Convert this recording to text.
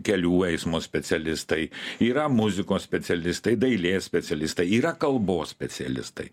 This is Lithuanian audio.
kelių eismo specialistai yra muzikos specialistai dailės specialistai yra kalbos specialistai